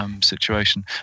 situation